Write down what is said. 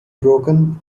broken